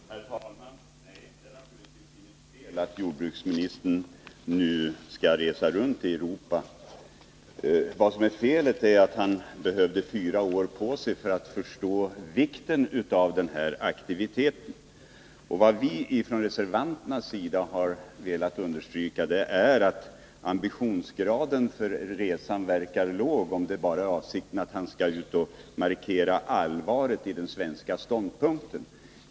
Herr talman! Nej, det är naturligtvis inget fel att jordbruksministern nu skall resa runt i Europa. Vad som är felet är att han behövde fyra år för att förstå vikten av den här aktiviteten. Vad vi från reservanternas sida har velat understryka är att ambitionsgraden för resan verkar låg, om avsikten bara var att han skall ut och markera allvaret i den svenska ståndpunkten.